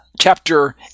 chapter